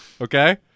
okay